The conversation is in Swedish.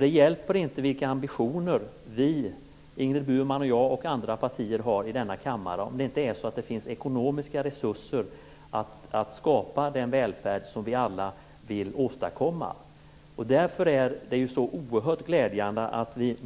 Det hjälper inte vilka ambitioner Ingrid Burman, jag och andra partier har i denna kammare, om det inte är så att det finns ekonomiska resurser att skapa den välfärd som vi alla vill åstadkomma. Därför är det så oerhört glädjande att det